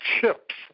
Chips